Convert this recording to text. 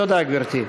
תודה, גברתי.